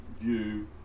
view